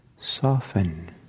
soften